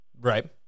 right